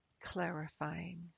clarifying